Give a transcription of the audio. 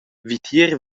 vitier